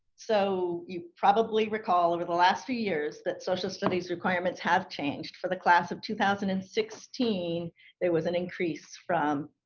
so you probably recall over the last few years that social studies requirements have changed for the class of two thousand and sixteen there was an increase from